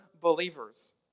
believers